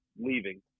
leaving